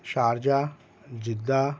Sharjah Jeddah